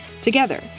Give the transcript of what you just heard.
Together